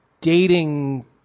dating